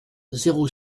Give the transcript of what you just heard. zéro